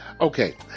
Okay